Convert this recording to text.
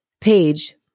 page